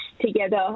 together